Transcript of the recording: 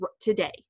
today